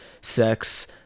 sex